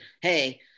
hey